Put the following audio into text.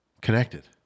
connected